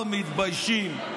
לא מתביישים?